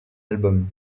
albums